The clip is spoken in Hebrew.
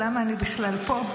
למה אני בכלל פה?